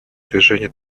движение